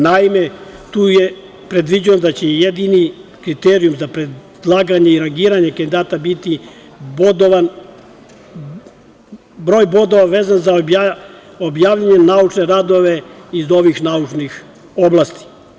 Naime, tu je predviđeno da će jedini kriterijum za predlaganje i rangiranje kandidata biti, broj bodova vezan za objavljene naučne radove iz ovih naučnih oblasti.